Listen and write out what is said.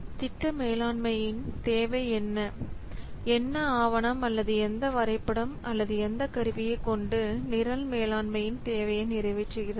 திட்ட மேலாண்மையின் தேவை என்ன என்ன ஆவணம் அல்லது எந்த வரைபடம் அல்லது எந்த கருவியை கொண்டு நிரல் மேலாண்மையின் தேவையை நிறைவேற்றுகிறது